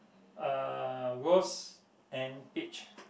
uh rose and peach